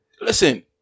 Listen